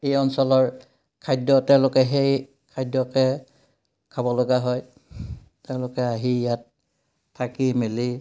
এই অঞ্চলৰ খাদ্য তেওঁলোকে সেই খাদ্যকে খাব লগা হয় তেওঁলোকে আহি ইয়াত থাকি মেলি